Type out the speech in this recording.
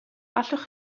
allwch